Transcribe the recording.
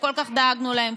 שכל כך דאגנו להם.